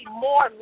more